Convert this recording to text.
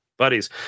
buddies